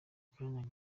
kanya